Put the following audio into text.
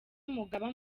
umugaba